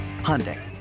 Hyundai